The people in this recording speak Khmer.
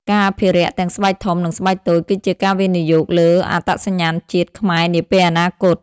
ការអភិរក្ស ទាំងស្បែកធំនិងស្បែកតូចគឺជាការវិនិយោគលើ អត្តសញ្ញាណជាតិ ខ្មែរនាពេលអនាគត។